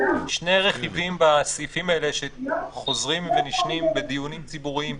שני רכיבים בסעיפים האלה שחוזרים ונשנים בדיונים ציבוריים,